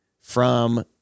from-